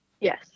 Yes